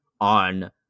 on